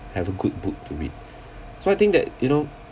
have a good book to read so I think that you know